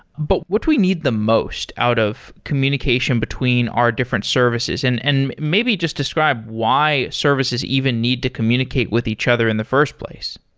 but what we need the most out of communication between our different services, and and maybe just describe why services even need to communicate with each other in the first place.